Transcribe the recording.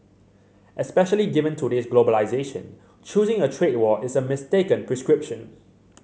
especially given today's globalisation choosing a trade war is a mistaken prescription